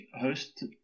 host